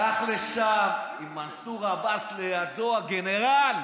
הלך לשם עם מנסור עבאס לידו, הגנרל.